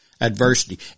adversity